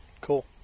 Cool